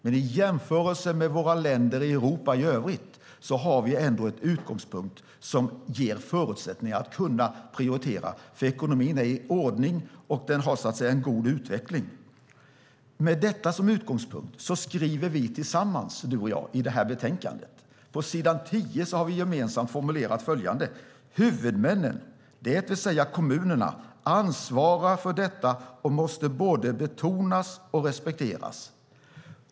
Men i jämförelse med våra länder i Europa i övrigt har vi ändå förutsättningar att prioritera, för ekonomin är i ordning och har en god utveckling. Med detta som utgångspunkt har vi gemensamt, du och jag, i betänkandet på s. 10 formulerat följande: Huvudmännens, det vill säga kommunernas, ansvar för detta måste både betonas och respekteras.